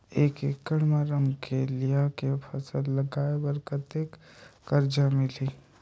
एक एकड़ मा रमकेलिया के फसल लगाय बार कतेक कर्जा मिलही?